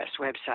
website